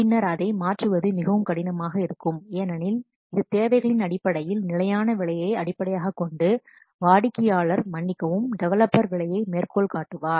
பின்னர் அதை மாற்றுவது மிகவும் கடினமாக இருக்கும் ஏனெனில் இது தேவைகளின் அடிப்படையில் நிலையான விலையை அடிப்படையாகக் கொண்டு வாடிக்கையாளர் மன்னிக்கவும் டெவலப்பர் விலையை மேற்கோள் காட்டுவார்